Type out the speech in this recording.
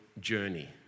journey